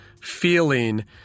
feeling